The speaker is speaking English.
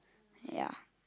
ya